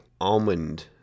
almond